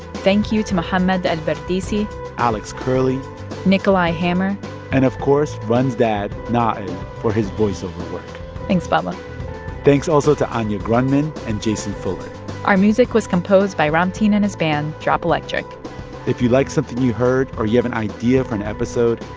thank you to mohamed el-bardisi alex curley nikolai hammer and of course, rund's dad, naail for his voiceover work thanks, baba thanks also to anya grundmann and jason fuller our music was composed by ramtin and his band drop electric if you like something you heard or you have an idea for an episode,